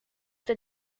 the